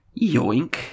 Yoink